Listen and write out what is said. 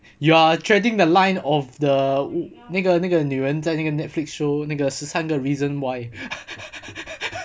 you are treading the line of the 那个那个女人在那个 Netflix show 那个十三个 reason why